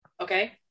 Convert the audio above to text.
okay